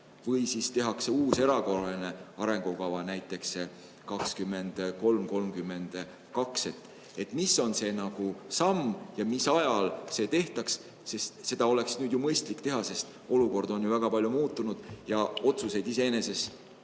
või tehakse uus erakorraline arengukava, näiteks 2023–2032. Mis on see samm ja mis ajal see tehtaks? Seda oleks nüüd ju mõistlik teha, sest olukord on väga palju muutunud ja otsuseid iseenesest